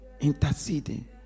interceding